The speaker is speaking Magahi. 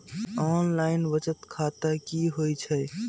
ऑनलाइन बचत खाता की होई छई?